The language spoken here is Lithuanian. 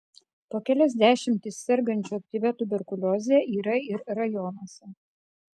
po kelias dešimtis sergančių aktyvia tuberkulioze yra ir rajonuose